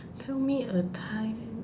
tell me a time